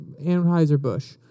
Anheuser-Busch